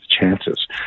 chances